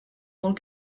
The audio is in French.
tant